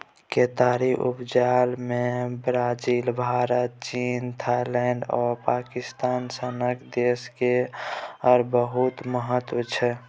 केतारीक उपजा मे ब्राजील, भारत, चीन, थाइलैंड आ पाकिस्तान सनक देश केर बहुत महत्व छै